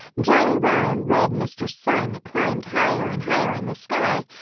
jolly, round, red mr. sun climbed higher and higher in the sky,